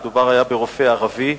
מדובר ברופא ערבי,